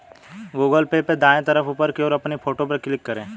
Google pay में दाएं तरफ ऊपर की ओर अपनी फोटो पर क्लिक करें